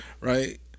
Right